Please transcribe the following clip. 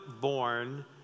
born